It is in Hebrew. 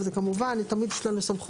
אבל זה כמובן תמיד יש לנו סמכות.